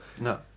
No